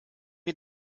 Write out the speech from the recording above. wir